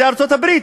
זו ארצות-הברית.